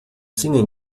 singen